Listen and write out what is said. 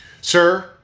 sir